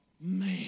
Man